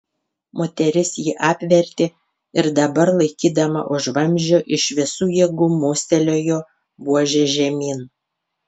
moteris jį apvertė ir dabar laikydama už vamzdžio iš visų jėgų mostelėjo buože žemyn